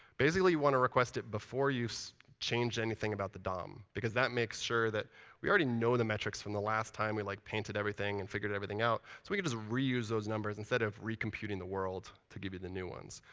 basically, you want to request it before you change anything about the dom. because that makes sure that we already know the metrics from the last time we like painted everything and figured everything out. so we can just reuse those numbers instead of recomputing the world to give you the new ones.